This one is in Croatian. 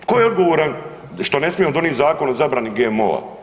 Tko je odgovoran što ne smijemo donijeti Zakon o zabrani GMO-a?